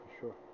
Sure